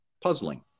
puzzling